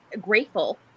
grateful